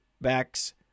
backs